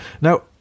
Now